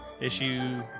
issue